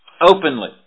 openly